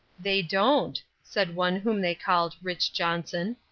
they don't, said one whom they called rich. johnson.